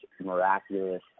miraculous